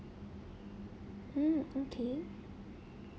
mm okay